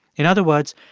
in other words,